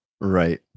Right